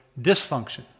dysfunction